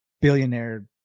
billionaire